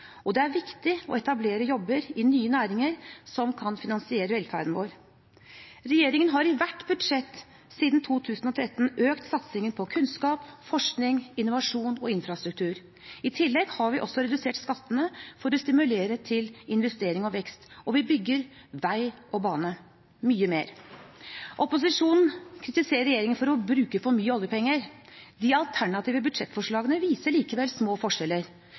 og det er viktig å etablere jobber i nye næringer som kan finansiere velferden vår. Regjeringen har i hvert budsjett siden 2013 økt satsingen på kunnskap, forskning, innovasjon og infrastruktur. I tillegg har vi også redusert skattene for å stimulere til investering og vekst, og vi bygger mye mer vei og bane. Opposisjonen kritiserer regjeringen for å bruke for mye oljepenger. De alternative budsjettforslagene viser likevel små forskjeller.